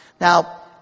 Now